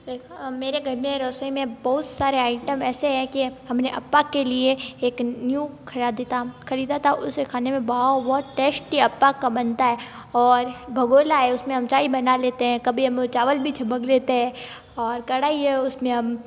मेरे घर में रसोई में बहुत सारे आइटम ऐसे हैं कि हम ने अप्पम के लिए एक न्यू ख़रीदा था ख़रीदा था उसे खाने में भाव बहुत टेस्टी अप्पम का बनता है और भगोना है उस में हम चाय बना लेते हैं कभी हमें चावल भी छमक लेते हैं और कढ़ाई है उस में हम